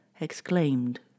exclaimed